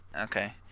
Okay